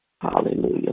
Hallelujah